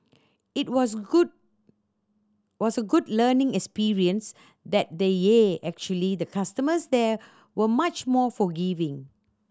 it was a good was a good learning experience that then yeah actually the customers there were much more forgiving